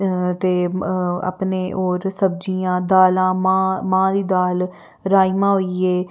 ते अपने होर सब्जियां दालां मांह् मांह् दी दाल राजमां होई गे